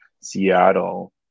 Seattle